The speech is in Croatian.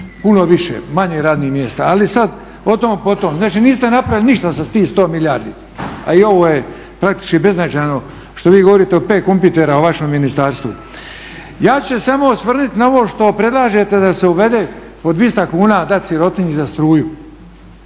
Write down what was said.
puno više, manje radnih mjesta. Ali sad o tom potom. Znači, niste napravili ništa sa tih 100 milijardi. A i ovo je praktički beznačajno što vi govorite o 5 kompjutera u vašem ministarstvu. Ja ću se samo osvrnuti na ovo što predlažete da se uvede po 200 kuna dati sirotinji za struju.